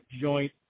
joint